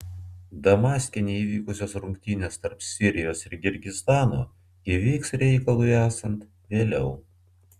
damaske neįvykusios rungtynės tarp sirijos ir kirgizstano įvyks reikalui esant vėliau